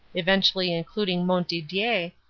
eventually including montdidier,